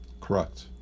correct